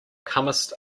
comest